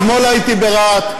אתמול הייתי ברהט,